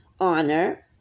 honor